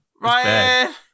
Ryan